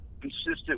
consistent